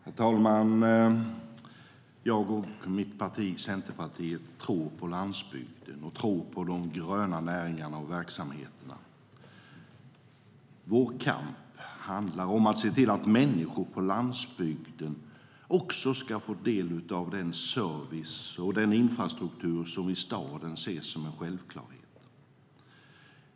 Herr talman! Jag och mitt parti, Centerpartiet, tror på landsbygden och på de gröna näringarna och verksamheterna. Vår kamp handlar om att se till att människor även på landsbygden ska få del av den service och infrastruktur som i staden ses som en självklarhet.